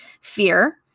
fear